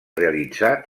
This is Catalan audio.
realitzar